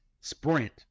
sprint